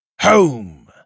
Home